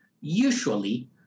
Usually